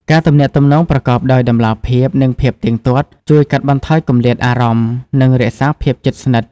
ការទំនាក់ទំនងប្រកបដោយតម្លាភាព និងភាពទៀងទាត់ ជួយកាត់បន្ថយគម្លាតអារម្មណ៍ និងរក្សាភាពជិតស្និទ្ធ។